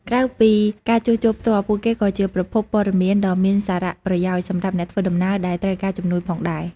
ក្រៅពីការជួសជុលផ្ទាល់ ពួកគេក៏ជាប្រភពព័ត៌មានដ៏មានសារៈប្រយោជន៍សម្រាប់អ្នកធ្វើដំណើរដែលត្រូវការជំនួយផងដែរ។